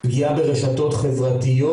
פגיעה ברשתות חברתיות.